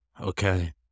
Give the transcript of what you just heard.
okay